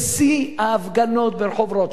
בשיא ההפגנות ברחוב רוטשילד.